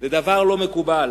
זה דבר לא מקובל.